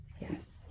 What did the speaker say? Yes